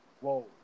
Whoa